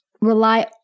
rely